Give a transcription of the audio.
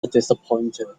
disappointed